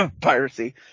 piracy